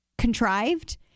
contrived